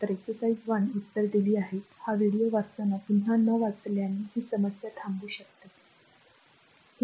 तर exercise 1 उत्तरे दिली आहेत हा व्हिडिओ वाचताना पुन्हा न वाचल्याने ही समस्या थांबू शकते आणि पाहू शकते